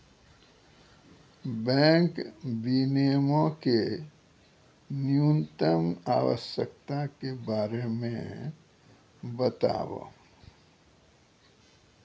bank विनियमो के न्यूनतम आवश्यकता के बारे मे बताबो